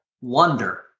wonder